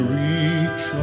reach